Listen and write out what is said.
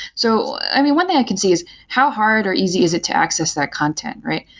so i mean, one thing i can see is how hard or easy is it to access that content, right?